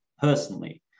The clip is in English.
personally